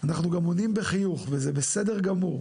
אנחנו עונים בחיוך וזה בסדר גמור.